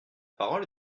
parole